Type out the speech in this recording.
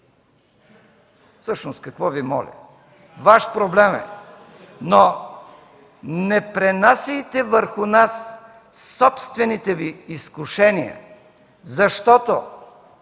Всъщност, какво Ви моля?! Ваш проблем е. Но не пренасяйте върху нас собствените Ви изкушения, защото